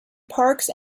parks